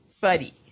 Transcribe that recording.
buddy